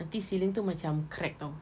nanti ceiling tu macam crack [tau]